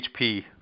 HP